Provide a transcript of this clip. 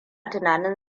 tunanin